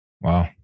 Wow